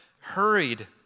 hurried